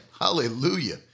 Hallelujah